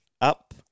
up